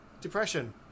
depression